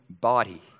body